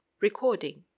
Recording